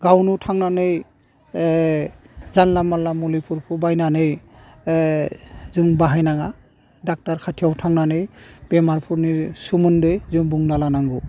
गावनो थांनानै जानला मोनला मुलिफोरखौ बायनानै जों बाहाय नाङा डक्टर खाथियाव थांनानै बेमारफोरनि सोमोन्दै जों बुंना लानांगौ